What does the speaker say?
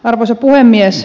arvoisa puhemies